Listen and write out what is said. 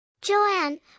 Joanne